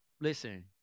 Listen